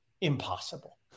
impossible